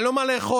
אין לו מה לאכול.